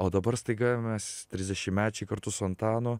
o dabar staiga mes trisdešimtmečiai kartu su antanu